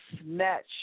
snatch